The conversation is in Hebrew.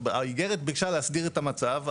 האגרת ביקשה להסדיר את המצב.